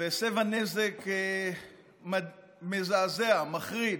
והסבה נזק מזעזע, מחריד,